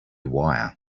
wire